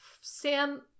Sam